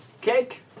Cake